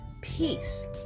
peace